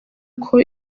uko